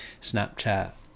Snapchat